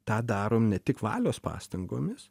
tą darom ne tik valios pastangomis